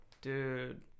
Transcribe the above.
Dude